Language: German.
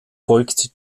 folgt